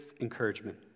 encouragement